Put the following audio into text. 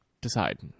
decide